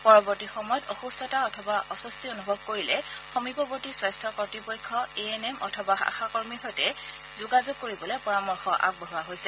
পৰৱৰ্তী সময়ত অসুস্থতা অথবা অস্বস্তি অনুভৱ কৰিলে সমীপৱৰ্তী স্বাস্থ্য কৰ্ত্তপক্ষ এ এন এম অথবা আশাকৰ্মীৰ সৈতে যোগাযোগ কৰিবলৈ পৰামৰ্শ আগবঢ়োৱা হৈছে